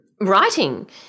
writing